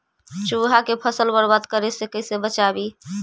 चुहा के फसल बर्बाद करे से कैसे बचाबी?